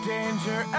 Danger